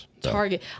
target